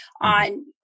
on